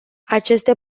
aceste